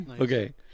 Okay